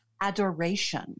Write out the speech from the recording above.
adoration